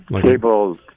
cables